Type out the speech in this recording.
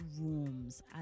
rooms